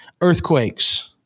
earthquakes